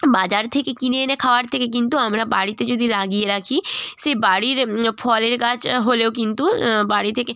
বাজার থেকে কিনে এনে খাবার থেকে কিন্তু আমরা বাড়িতে যদি লাগিয়ে রাখি সেই বাড়ির ফলের গাছ হলো কিন্তু বাড়ি থেকে